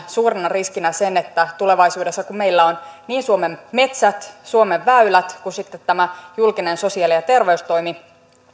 suurena riskinä myös sen että kun tulevaisuudessa meillä on niin suomen metsät suomen väylät kuin sitten tämä julkinen sosiaali ja terveystoimi